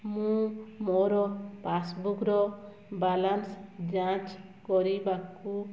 ମୁଁ ମୋର ପାସ୍ବୁକ୍ର ବାଲାନସ୍ ଯାଞ୍ଚ୍ କରିବାକୁ